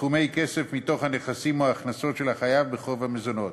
סכומי כסף מתוך הנכסים או ההכנסות של החייב בחוב המזונות